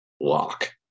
Lock